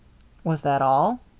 was that all?